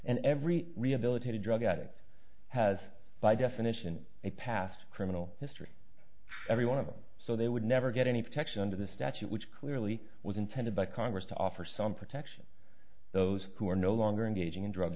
and every rehabilitated drug addict has by definition a past criminal history every one of them so they would never get any protection under the statute which clearly was intended by congress to offer some protection those who are no longer engaging in drug